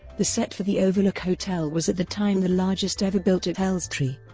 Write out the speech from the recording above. the set for the overlook hotel was at the time the largest ever built at elstree,